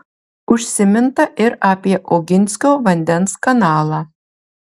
užsiminta ir apie oginskio vandens kanalą